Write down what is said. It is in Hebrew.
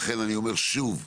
לכן אני אומר, שוב,